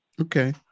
Okay